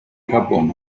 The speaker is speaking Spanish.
japón